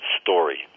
story